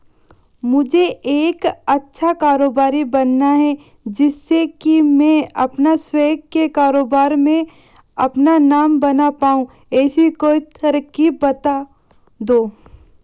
मुझे एक अच्छा कारोबारी बनना है जिससे कि मैं अपना स्वयं के कारोबार में अपना नाम बना पाऊं ऐसी कोई तरकीब पता दो?